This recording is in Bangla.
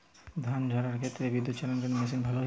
ধান ঝারার ক্ষেত্রে বিদুৎচালীত মেশিন ভালো কি হবে?